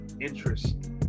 interest